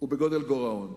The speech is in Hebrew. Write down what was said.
ובגודל גירעון.